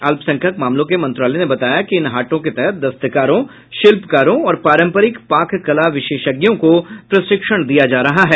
अल्पसंख्यक मामलों के मंत्रालय ने बताया कि इन हाटों के तहत दस्तकारों शिल्पकारों और पारंपरिक पाककला विशेषज्ञों को प्रशिक्षण दिया जा रहा है